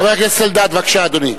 חבר הכנסת אלדד, בבקשה, אדוני.